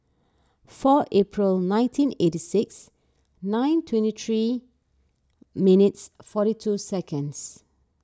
four April nineteen eighty six nine twenty three minutes forty two seconds